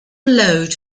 load